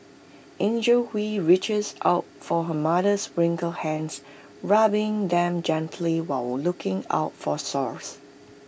Angie Hui reaches out for her mother's wrinkly hands rubbing them gently while looking out for sores